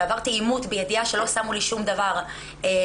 ועברתי עימות בידיעה שלא שמו לי שום דבר בקפה,